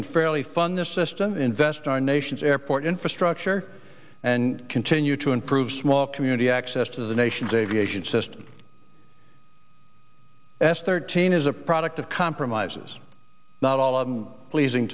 and fairly fund the system invest in our nation's airport infrastructure and continue to improve small community access to the nation's aviation system as thirteen is a product of compromises not all of them pleasing